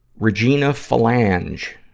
regina flange,